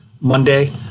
Monday